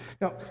Now